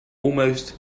almost